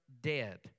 dead